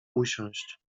usiąść